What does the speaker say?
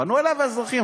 פנו אליו האזרחים,